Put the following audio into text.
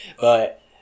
but-